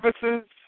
services